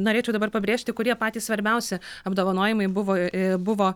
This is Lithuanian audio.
norėčiau dabar pabrėžti kurie patys svarbiausi apdovanojimai buvo ee buvo